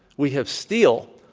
we have steel.